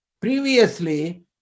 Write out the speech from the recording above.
Previously